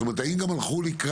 זאת אומרת, האם גם הלכו לקראת,